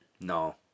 No